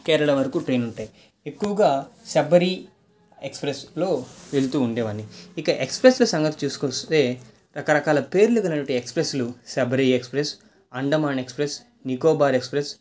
కేరళ వరకు ట్రైన్లుంటాయి ఎక్కువగా శబరి ఎక్స్ప్రెస్లో వెళ్తూ ఉండేవాన్ని ఇక ఎక్స్ప్రెస్ల సంగతికి చూసుకొస్తే రకరకాల పేర్లు గలవటి ఎక్స్ప్రెస్లు Sabari express Andaman express Nicobar express